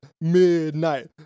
Midnight